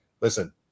listen